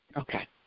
Okay